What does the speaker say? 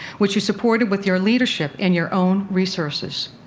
which you supported with your leadership and your own resources.